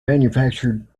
manufactured